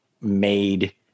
made